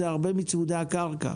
אלה הרבה מצמודי הקרקע.